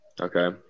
okay